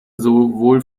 sowohl